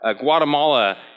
Guatemala